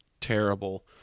terrible